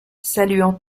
saluant